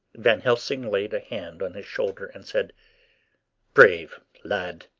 van helsing laid a hand on his shoulder, and said brave lad!